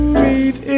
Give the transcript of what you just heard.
meet